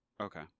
Okay